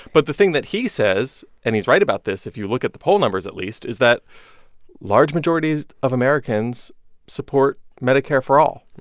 but the thing that he says and he's right about this, if you look at the poll numbers at least is that large majorities of americans support medicare for all.